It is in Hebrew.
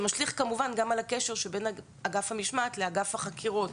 זה משליך כמובן גם על הקשר שבין אגף המשמעת לאגף החקירות.